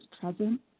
present